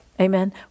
Amen